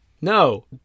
No